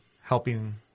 helping